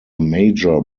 major